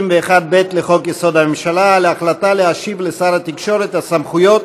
על ההחלטה להשיב לשר התקשורת את הסמכויות